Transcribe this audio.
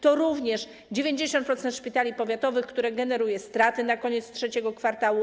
To również 90% szpitali powiatowych, które generują straty na koniec III kwartału.